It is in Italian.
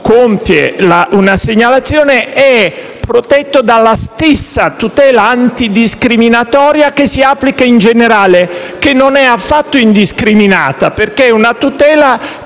compie una segnalazione è protetto dalla stessa tutela antidiscriminatoria che si applica in generale; la quale non è affatto indiscriminata, perché è rivolta